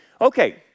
Okay